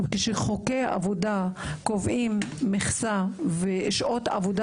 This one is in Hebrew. כשחוקי העבודה קובעים מכסה ושעות עבודה